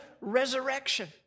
resurrection